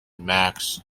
max